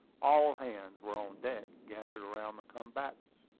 all hands were on deck, gathered around the combatants.